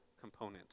component